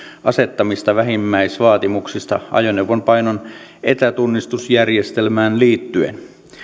asettamista vähimmäisvaatimuksista ajoneuvon painon etätunnistusjärjestelmään liittyen